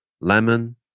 lemon